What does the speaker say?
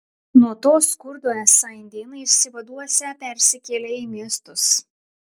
nuo to skurdo esą indėnai išsivaduosią persikėlę į miestus